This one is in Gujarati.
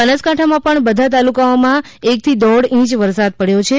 બનાસકાંઠા માં પણ બધા તાલુકા માં એક થી દોઢ ઇંચ વરસાદ પડ્યો છે